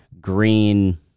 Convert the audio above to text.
green